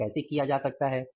यह कैसे किया जा सकता है